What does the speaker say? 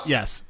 Yes